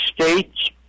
states